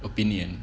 opinion